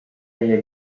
meie